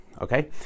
okay